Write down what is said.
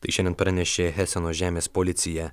tai šiandien pranešė heseno žemės policija